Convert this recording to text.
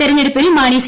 തെരഞ്ഞെടുപിൽ Mani C